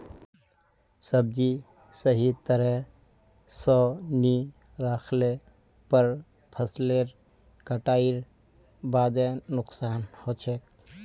सब्जी सही तरह स नी राखले पर फसलेर कटाईर बादे नुकसान हछेक